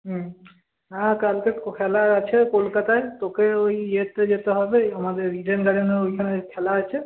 হুম হ্যাঁ কালকে খেলা আছে কলকাতায় তোকে ওই ইয়েতে যেতে হবে আমাদের ইডেন গার্ডেনের ওইখানে খেলা আছে